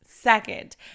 Second